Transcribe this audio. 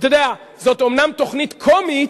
אתה יודע, זאת אומנם תוכנית קומית,